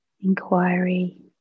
inquiry